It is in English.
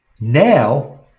now